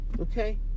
okay